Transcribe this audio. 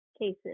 cases